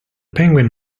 penguin